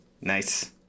Nice